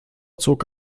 zog